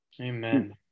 Amen